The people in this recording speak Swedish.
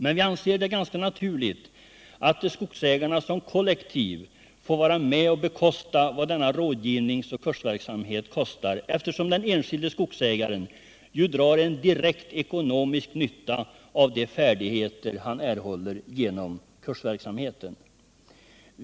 Men vi anser det ganska naturligt att skogsägarna som kollektiv får vara med och bekosta vad denna rådgivningsoch kursverksamhet kostar, eftersom den enskilde skogsägaren ju drar en direkt ekonomisk nytta av de färdigheter han erhåller genom kursverksamhet.